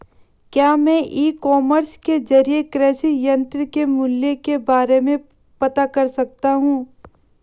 क्या मैं e commerce के ज़रिए कृषि यंत्र के मूल्य के बारे में पता कर सकता हूँ?